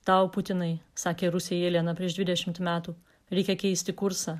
tau putinai sakė rusė jelena prieš dvidešimt metų reikia keisti kursą